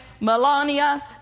Melania